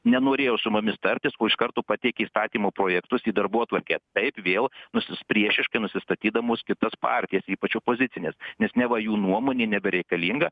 nenorėjo su mumis tartis o iš karto pateikė įstatymo projektus į darbotvarkę taip vėl nusis priešiškai nusistatydamos kitas partijas ypač opozicines nes neva jų nuomonė nebereikalinga